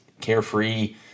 carefree